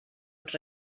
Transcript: ens